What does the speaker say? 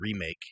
remake